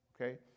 Okay